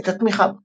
את התמיכה בה.